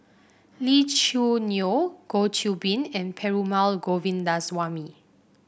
Lee Choo Neo Goh Qiu Bin and Perumal Govindaswamy